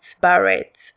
barrett